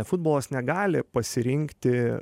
futbolas negali pasirinkti